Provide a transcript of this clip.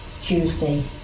Tuesday